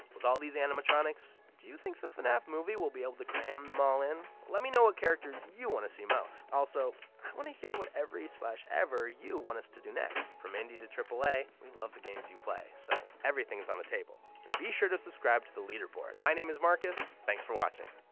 with all these animatronics, do you think the fnaf movie will be able to cram them all in? let me know what characters you wanna see most! also, i wanna hear what every like ever you want us to do next. from indie to aaa, we love the games you play, so everything's on the table. and be sure to subscribe to the leaderboard! my name is marcus, thanks for watching!